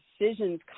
decisions